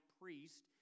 priest